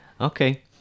Okay